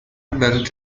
بلوط